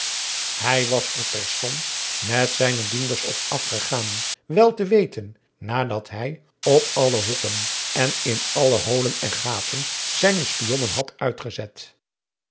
hij was er terstond met zijne dienders op afgegaan wel te weten nadat hij op alle hoeken en in alle holen en gaten zijne spionnen had uitgezet